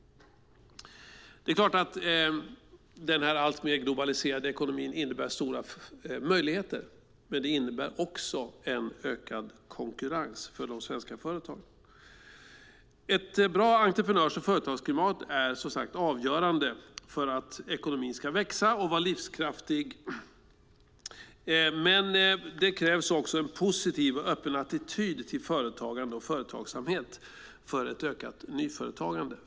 Det är klart att den alltmer globaliserade ekonomin innebär stora möjligheter. Men det innebär också en ökad konkurrens för de svenska företagen. Ett bra entreprenörs och företagsklimat är, som sagt, avgörande för att ekonomin ska växa och vara livskraftig. Men det krävs också en positiv och öppen attityd till företagande och företagsamhet för ett ökat nyföretagande.